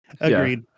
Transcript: Agreed